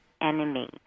enemy